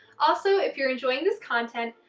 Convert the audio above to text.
also, if you're enjoying this content,